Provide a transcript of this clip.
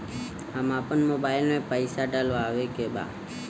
हम आपन मोबाइल में पैसा डलवावे के बा?